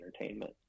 entertainment